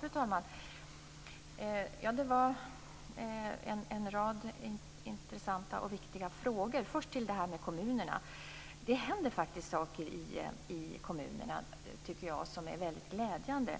Fru talman! Det var en rad intressanta och viktiga frågor. Först när det gäller frågan om kommunerna händer det faktiskt saker i kommunerna som är väldigt glädjande.